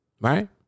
Right